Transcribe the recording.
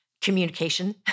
communication